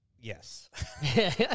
yes